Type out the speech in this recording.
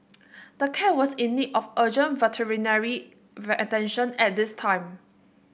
the cat was in need of urgent veterinary attention at this time